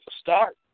start